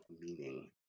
meaning